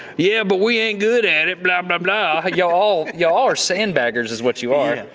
yeah, but we ain't good at it, blah, blah blah. y'all y'all are sandbaggers, is what you are.